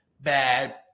bad